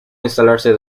instalarse